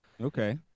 Okay